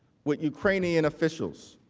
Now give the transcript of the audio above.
with ukrainian officials.